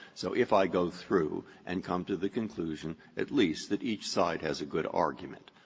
so if i go through and come to the conclusion, at least, that each side has a good argument,